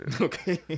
Okay